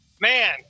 man